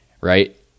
right